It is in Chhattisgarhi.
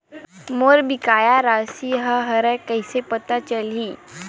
मोर बकाया राशि का हरय कइसे पता चलहि?